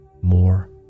more